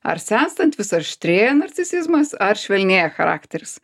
ar senstant vis aštrėja narcisizmas ar švelnėja charakteris